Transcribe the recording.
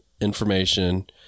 information